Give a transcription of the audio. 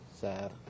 sad